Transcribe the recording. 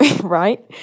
right